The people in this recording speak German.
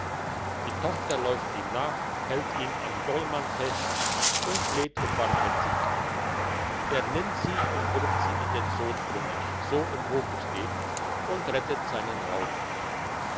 die tochter läuft ihm nach hält ihn am dolman fest und fleht um barmherzigkeit er nimmt sie und wirft sie in den sodbrunnen so im hofe steht und rettet seinen raub